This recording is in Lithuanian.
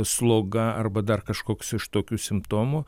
sloga arba dar kažkoks iš tokių simptomų